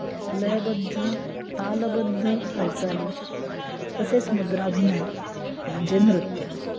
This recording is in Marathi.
लयबद्ध तालबद्ध हालचाली तसेच मुद्राभिनय म्हणजे नृत्य